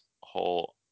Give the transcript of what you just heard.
whole